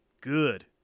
good